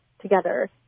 together